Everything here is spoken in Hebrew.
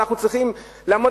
ואנחנו צריכים לעמוד.